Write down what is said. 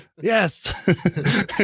Yes